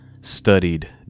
studied